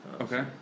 Okay